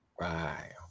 Right